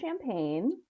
champagne